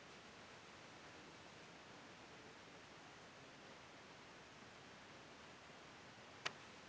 कलारी मुख रूप ले बांस अउ लोहा ल मेराए के बनल रहथे